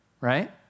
right